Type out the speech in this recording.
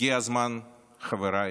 הגיע הזמן, חבריי,